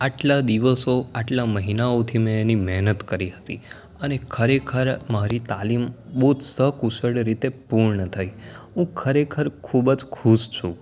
આટલા દિવસો આટલા મહિનાઓથી મેં એની મહેનત કરી હતી અને ખરેખર મારી તાલીમ બહુ જ સકુશળ રીતે પૂર્ણ થઈ હું ખરેખર ખૂબ જ ખુશ છું